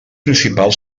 principal